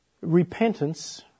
Repentance